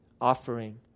offering